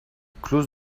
clause